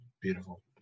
beautiful